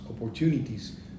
opportunities